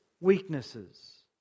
weaknesses